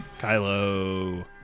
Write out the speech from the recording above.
Kylo